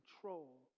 control